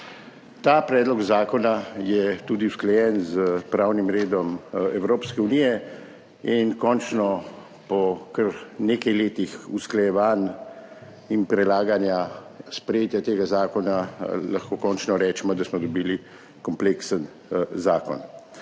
Ta predlog zakona je usklajen tudi s pravnim redom Evropske unije in po kar nekaj letih usklajevanj in prelaganja sprejetja tega zakona lahko končno rečemo, da smo dobili kompleksen zakon.